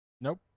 Nope